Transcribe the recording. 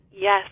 Yes